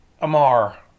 Amar